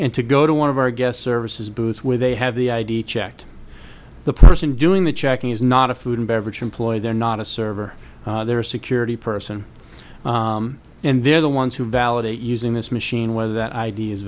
and to go to one of our guest services booth where they have the idea checked the person doing the checking is not a food and beverage employee they're not a server they're a security person and they're the ones who validate using this machine whether that idea